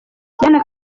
diana